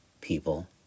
people